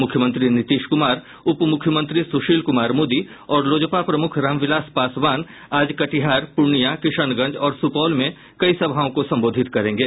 मुख्यमंत्री नीतीश कुमार उप मुख्यमंत्री सुशील कुमार मोदी और लोजपा प्रमुख रामविलास पासवान आज कटिहार पूर्णिया किशनगंज और सुपौल में कई सभाओं को संबोधित करेंगे